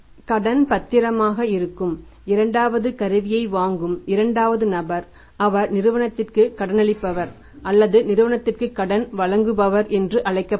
கடன் பத்திரமாக இருக்கும் இரண்டாவது கருவியை வாங்கும் இரண்டாவது நபர் அவர் நிறுவனத்திற்கு கடனளிப்பவர் அல்லது நிறுவனத்திற்கு கடன் வழங்குபவர் என்று அழைக்கப்படுவார்